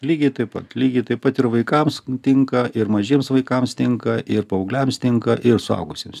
lygiai taip pat ir vaikams tinka ir mažiems vaikams tinka ir paaugliams tinka ir suaugusiems